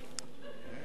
הצעת החוק